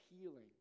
healing